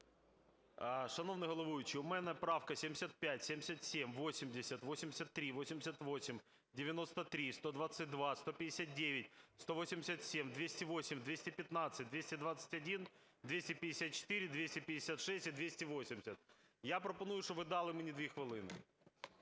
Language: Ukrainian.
Шановний головуючий, у мене правка 75, 77, 80, 83, 88, 93, 122, 159, 187, 208, 215, 221, 254, 256, 280. Я пропоную, щоб ви дали мені 2 хвилини.